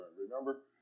Remember